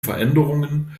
veränderungen